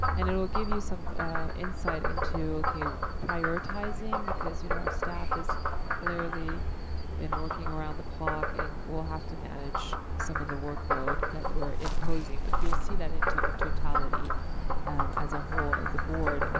and it'll give you some insight into, okay prioritizing, because you know our staff has clearly been working around the clock. and we'll have to manage some of the workload that we're imposing, but you'll see that in totality as a whole, as a board.